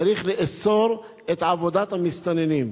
צריך לאסור את עבודת המסתננים.